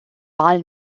wahl